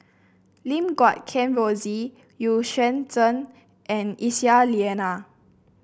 Lim Guat Kheng Rosie Yuan Zhen and Aisyah Lyana